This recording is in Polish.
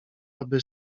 aby